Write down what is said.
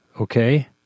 Okay